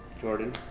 Jordan